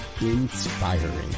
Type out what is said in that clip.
inspiring